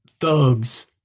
thugs